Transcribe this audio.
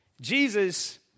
Jesus